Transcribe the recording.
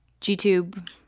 G-Tube